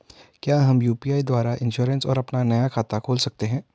क्या हम यु.पी.आई द्वारा इन्श्योरेंस और अपना नया खाता खोल सकते हैं?